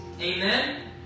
Amen